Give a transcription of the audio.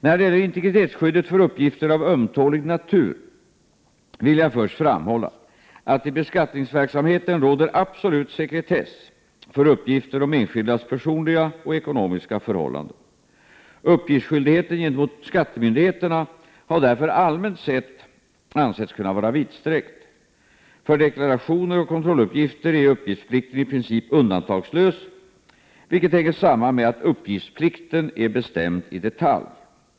När det gäller integritetsskyddet för uppgifter av ömtålig natur vill jag först framhålla att i beskattningsverksamheten råder absolut sekretess för uppgifter om enskildas personliga och ekonomiska förhållanden. Uppgiftsskyldigheten gentemot skattemyndigheterna har därför allmänt sett ansetts kunna vara vidsträckt. För deklarationer och kontrolluppgifter är uppgiftsplikten i princip undantagslös, vilket hänger samman med att uppgiftsplikten är bestämd i detalj.